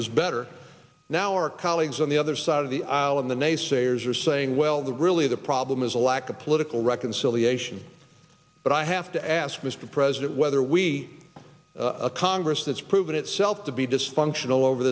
is better now our colleagues on the other side of the aisle in the nay sayers are saying well the really the problem is a lack of political reconciliation but i have to ask mr president whether we are a congress that's proven itself to be dysfunctional over